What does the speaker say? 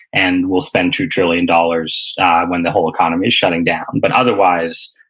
and we'll spend two trillion dollars when the whole economy is shutting down. but otherwise,